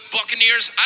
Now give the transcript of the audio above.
Buccaneers